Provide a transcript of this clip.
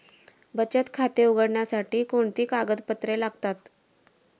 बचत खाते उघडण्यासाठी कोणती कागदपत्रे लागतात?